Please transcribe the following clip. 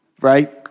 right